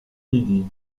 midi